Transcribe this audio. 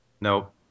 Nope